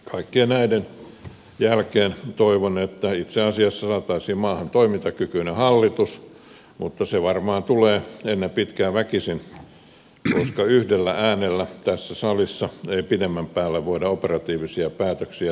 kaikkien näiden jälkeen toivon että itse asiassa saataisiin maahan toimintakykyinen hallitus mutta se varmaan tulee ennen pitkää väkisin koska yhdellä äänellä tässä salissa ei pidemmän päälle voida operatiivisia päätöksiä tehdä